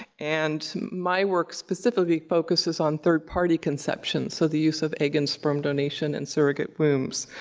and my work specifically focuses on third-party conception. so, the use of egg and sperm donation and surrogate wombs.